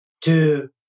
two